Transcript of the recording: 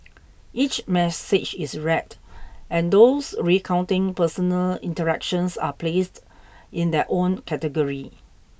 each message is read and those recounting personal interactions are placed in their own category